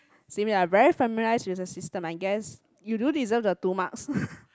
seem you are very familiarise with the system I guess you do deserve the two marks